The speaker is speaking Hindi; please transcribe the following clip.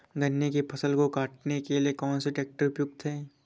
गन्ने की फसल को काटने के लिए कौन सा ट्रैक्टर उपयुक्त है?